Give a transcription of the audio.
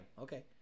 okay